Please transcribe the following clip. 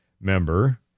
member